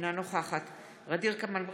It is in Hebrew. אינה נוכחת ע'דיר כמאל מריח,